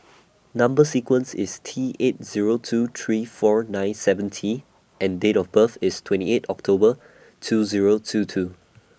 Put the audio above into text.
Number sequence IS T eight Zero two three four nine seven T and Date of birth IS twenty eighth October two Zero two two